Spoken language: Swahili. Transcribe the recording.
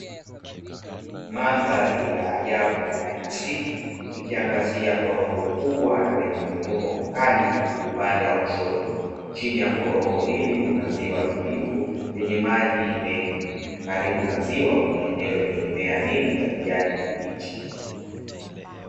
Mandhari ya ajabu na ya asili, ikiangazia korongo kubwa na lenye muiuko mkali upande wa kushoto, chini ya korongo hili kuna ziwa tulivu lenye maji mengi karibu na ziwa kuna mimea mingi ya kijani kibichi.